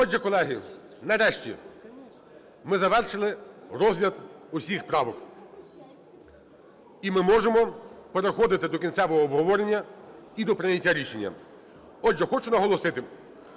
Отже, колеги, нарешті, ми завершили розгляд усіх правок, і ми можемо переходити до кінцевого обговорення і до прийняття рішення. Отже, хочу наголосити,